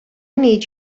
need